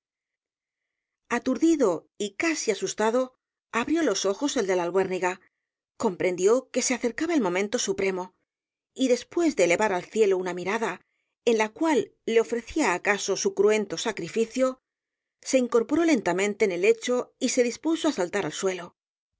aturdido y casi asustado abrió los ojos el de la albuérniga comprendió que se acercaba el momento supremo y después de elevar al cielo una mirada en la cual le ofrecía acaso su cruento sacrificio se incorporó lentamente en el lecho y se dispuso á saltar al suelo